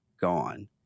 gone